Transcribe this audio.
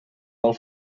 pel